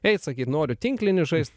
eit sakyt noriu tinklinį žaist